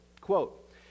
Quote